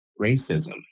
racism